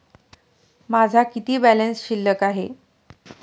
माझा किती बॅलन्स शिल्लक आहे?